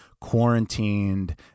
quarantined